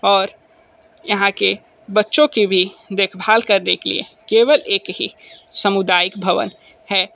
और यहाँ के बच्चों की भी देख भाल करने की केवल एक ही सामुदायिक भवन है